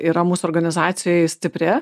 yra mūsų organizacijoje stipri